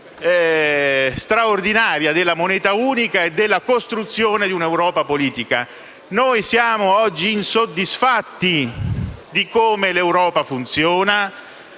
straordinaria della moneta unica e della costruzione dell'Europa politica. Oggi noi siamo insoddisfatti di come funziona